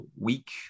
week